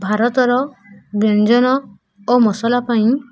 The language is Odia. ଭାରତର ବ୍ୟଞ୍ଜନ ଓ ମସଲା ପାଇଁ